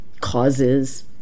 causes